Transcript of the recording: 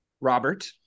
Robert